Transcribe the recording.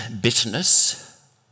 bitterness